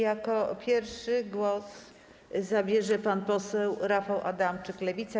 Jako pierwszy głos zabierze pan poseł Rafał Adamczyk, Lewica.